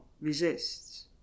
resists